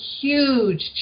huge